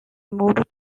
moved